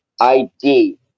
ID